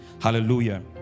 Hallelujah